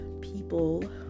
people